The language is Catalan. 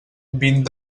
vint